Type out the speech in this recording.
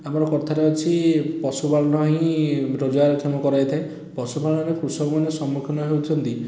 ଆମର କଥାରେ ଅଛି ପଶୁପାଳନ ହିଁ ରୋଜଗାରକ୍ଷମ କରାଇଥାଏ ପଶୁପାଳନରେ କୃଷକମାନେ ସମ୍ମୁଖୀନ ହେଉଛନ୍ତି